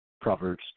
Proverbs